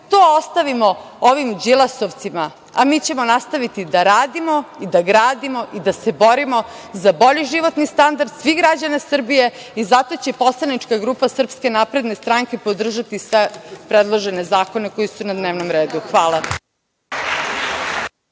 to ostavimo ovim Đilasovcima, a mi ćemo nastaviti da radimo i da gradimo i da se borimo za bolji životni standard svih građana Srbije. Zato će poslanička grupa SNS podržati sve predložene zakone koji su na dnevnom redu. Hvala.